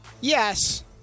Yes